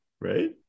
right